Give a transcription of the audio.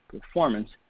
performance